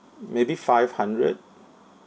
maybe five hundred